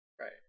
right